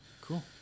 Cool